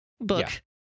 book